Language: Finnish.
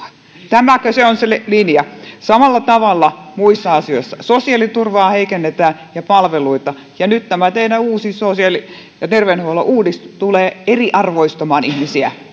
tämäkö on se linja samalla tavalla muissa asioissa sosiaaliturvaa ja palveluita heikennetään ja nyt tämä teidän uusi sosiaali ja terveydenhuollon uudistus tulee eriarvoistamaan ihmisiä